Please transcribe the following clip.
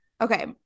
Okay